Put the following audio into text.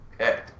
okay